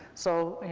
so,